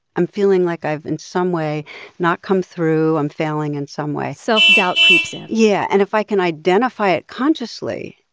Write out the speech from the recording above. i'm feeling like i've in some way not come through i'm failing in some way self-doubt creeps in yeah, and if i can identify it consciously,